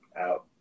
Out